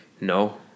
No